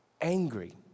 angry